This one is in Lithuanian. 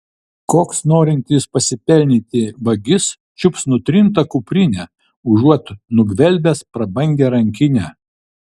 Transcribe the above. koks norintis pasipelnyti vagis čiups nutrintą kuprinę užuot nugvelbęs prabangią rankinę